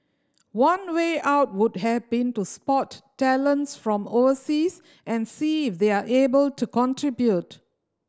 one way out would have been to spot talents from overseas and see if they're able to contribute